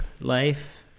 life